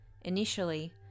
Initially